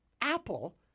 Apple